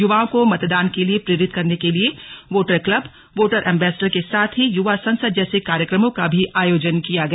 युवाओं को मतदान के लिए प्रेरित करने के लिए वोटर क्लब वोटर एम्बेसडर के साथ ही युवा संसद जैसे कार्यक्रमों का भी आयोजन किया गया